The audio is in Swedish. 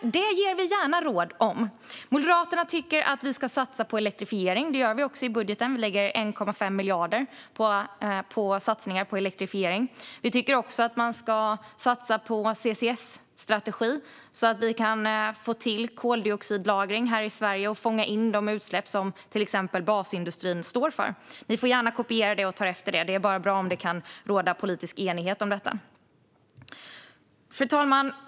Det ger vi gärna råd om. Moderaterna tycker att vi ska satsa på elektrifiering. Det gör vi också i budgeten - vi lägger 1,5 miljarder på satsningar på elektrifiering. Moderaterna tycker också att vi ska satsa på en CCS-strategi så att vi kan få till koldioxidlagring här i Sverige och fånga in de utsläpp som till exempel basindustrin står för. Miljöpartiet får gärna kopiera och ta efter det. Det är bara bra om det kan råda politisk enighet om detta. Fru talman!